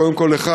וקודם כול לך,